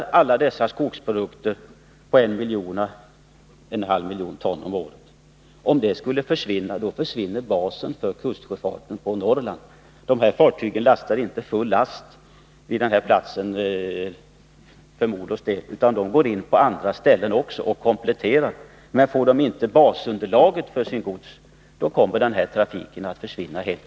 Om alla dessa skogsprodukter som uppgår till 1/2-1 miljon ton om året skulle försvinna som sjöfrakt, förlorar kustsjöfarten på Norrland också sitt basunderlag. Kustfartygen lastar inte fullt vid utgångshamnen utan går förmodligen också på andra ställen för komplettering av lasten. Men om de inte får basunderlaget för sina transporter, kommer kusttrafiken att försvinna helt.